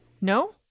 No